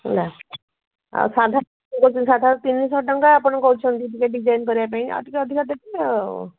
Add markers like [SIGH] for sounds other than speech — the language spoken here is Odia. ହେଲା ଆଉ ସାଧା [UNINTELLIGIBLE] ସାଧା ତିନିଶହ ଟଙ୍କା ଆପଣ କହୁଛନ୍ତି ଟିକେ ଡିଜାଇନ୍ କରିବା ପାଇଁ ଆଉ ଟିକେ ଅଧିକା ଦେବେ ଆଉ